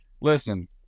listen